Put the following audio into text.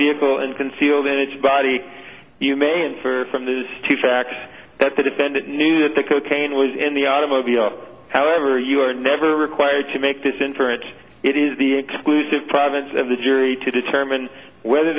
vehicle and concealed in its body you may infer from the fact that the defendant knew that the cocaine was in the automobile however you are never required to make this inference it is the exclusive province of the jury to determine whether